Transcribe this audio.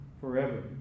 forever